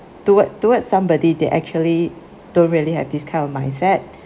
toward towards somebody they actually don't really have this kind of mindset